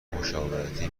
مشاورتی